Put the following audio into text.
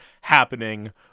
happening